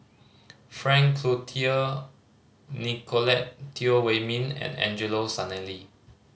Frank Cloutier Nicolette Teo Wei Min and Angelo Sanelli